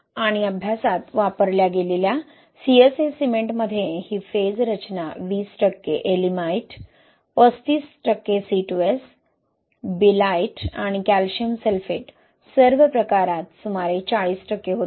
आणि अभ्यासात वापरल्या गेलेल्या CSA सिमेंटमध्ये ही फेज रचना 20 टक्के येएलिमाइट Yeelimite 35 टक्के C2S Belite आणि कॅल्शियम सल्फेट सर्व प्रकारात सुमारे 40 टक्के होती